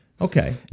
Okay